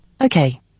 Okay